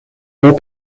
haut